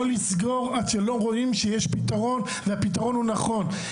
לסגור עד שלא רואים שיש פתרון והפתרון הוא נכון.